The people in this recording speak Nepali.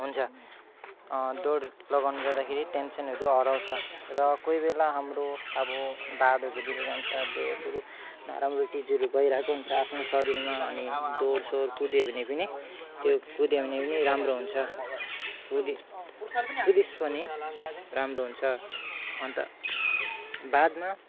हुन्छ दौड लगाउनु जाँदाखेरि टेनसनहरू हराउँछ र कोही बेला हाम्रो अब ढाडहरू दुःखेको हुन्छ धेरै कुरो नराम्रो चिजहरू भइरहेको हुन्छ आफ्नो शरीरमा अनि दौड सौड कुद्यो भने पनि त्यो कुद्यो भने पनि राम्रो हुन्छ कुदी कुदिस् भने राम्रो हुन्छ अन्त बादमा